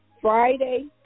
Friday